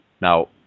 Now